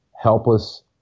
helpless